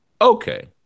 okay